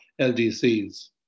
LDCs